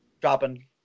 Dropping